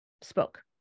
spoke